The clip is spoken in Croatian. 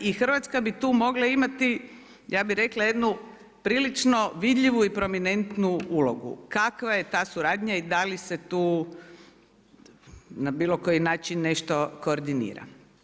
I Hrvatska bi tu mogla imati ja bih rekla jednu prilično vidljivu i prominentnu ulogu kakva je ta suradnja i da li se tu na bilo koji način nešto koordinira.